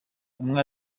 umwe